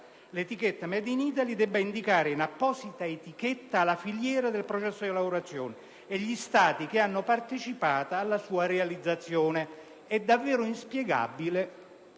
l'etichetta *made in Italy* debba indicare in apposita etichetta la filiera del processo di lavorazione e i Paesi che hanno partecipato alla sua realizzazione. È davvero inspiegabile